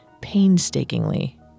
painstakingly